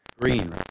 Green